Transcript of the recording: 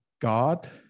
God